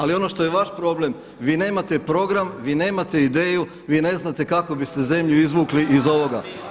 Ali ono što je vaš problem, vi nemate program, vi nemate ideju, vi ne znate kako biste zemlju izvukli iz ovoga.